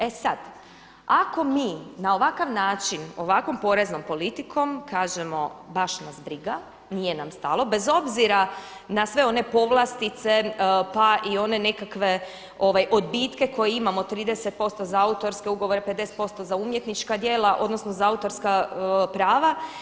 E sad, ako mi na ovakav način ovakvom poreznom politikom kažemo baš nas briga, nije nam stalo bez obzira na sve one povlastice pa i one nekakve odbitke koje imamo 30% za autorske ugovore, 50% za umjetnička djela, odnosno za autorska prava.